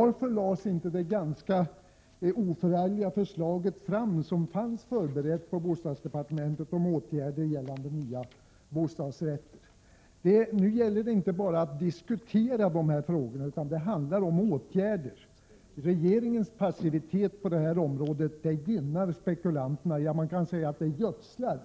Varför lade man inte fram det ganska oförargliga förslag som fanns berett på bostadsdepartementet om åtgärder gällande nya bostadsrätter? Nu gäller det inte bara att diskutera dessa frågor, utan det handlar om att vidta åtgärder. Regeringens passivitet på detta område gynnar spekulanterna. Man kan säga att den gödslar